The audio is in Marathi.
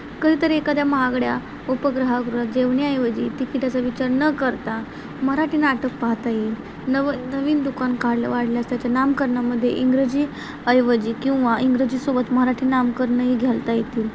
कधीतरी एखाद्या महागड्या उपहारगृहात जेवण्याऐवजी तिकीटाचा विचार न करता मराठी नाटक पाहता येईल नव नवीन दुकान काढलं वाढल्यास त्याच्या नामकरणामध्ये इंग्रजी ऐवजी किंवा इंग्रजीसोबत मराठी नामकरणंही घालता येतील